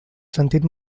sentit